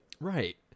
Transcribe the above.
right